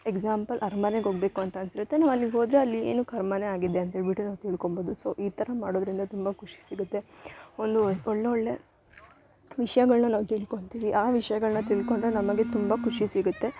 example ಅರಮನೆಗ್ ಹೋಗ್ಬೇಕು ಅಂತ ಅನ್ಸಿರುತ್ತೆ ನಾವು ಅಲ್ಲಿಗೆ ಹೋದರೆ ಅಲ್ಲಿ ಏನುಕ್ಕೆ ಅರ್ಮನೇ ಆಗಿದೆ ಅಂತ ಹೇಳಿಬಿಟ್ಟು ತಿಳ್ಕೋಂಬೋದು ಸೊ ಈ ಥರ ಮಾಡೋದರಿಂದ ತುಂಬ ಖುಷಿ ಸಿಗುತ್ತೆ ಒಂದು ಒಳ್ಳೇ ಒಳ್ಳೇ ವಿಷಯಗಳ್ನ ನಾವು ತಿಳ್ಕೊಳ್ತೀವಿ ಆ ವಿಷಯಗಳ್ನ ತಿಳ್ಕೊಂಡರೆ ನಮಗೆ ತುಂಬ ಖುಷಿ ಸಿಗುತ್ತೆ